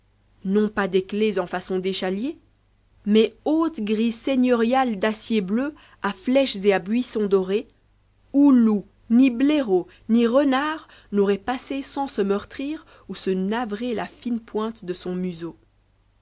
non pas des claies en façon d'échaliers mais hautes grilles seigneuriales d'acier bleu à flèches et buissons dorés où loup ni blaireau ni renard n'aurait passé sans se meurtrir ou se navrer la nne pointe de son museau